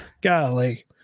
Golly